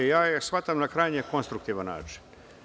Ja je shvatam na krajnje konstruktivan način.